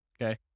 okay